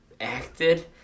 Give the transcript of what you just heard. acted